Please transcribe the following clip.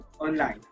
online